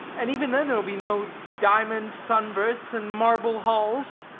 and even then there will be no diamond sunbursts and marble halls.